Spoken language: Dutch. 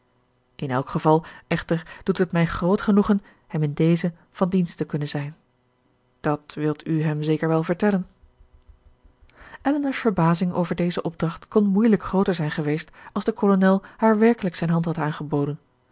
in elk geval echter doet het mij groot genoegen hem in dezen van dienst te kunnen zijn dat wilt u hem zeker wel vertellen elinor's verbazing over deze opdracht kon moeilijk grooter zijn geweest als de kolonel haar werkelijk zijn hand had aangeboden